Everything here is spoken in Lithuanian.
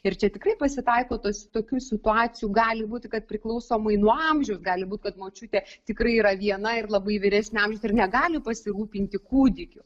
ir čia tikrai pasitaikotos tokių situacijų gali būti kad priklausomai nuo amžiaus gali būt kad močiutė tikrai yra viena ir labai vyresnio amžiaus ir negali pasirūpinti kūdikiu